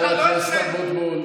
גם החברים שלך יודעים מי אתה.